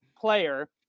player